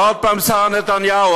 עוד פעם שרה נתניהו,